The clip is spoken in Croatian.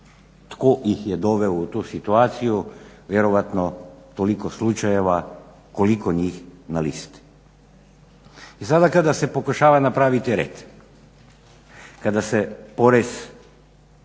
Tko ih je doveo u tu situaciju? Vjerojatno toliko slučajeva koliko njih na listi. I sada kada se pokušava napraviti red, kada se porez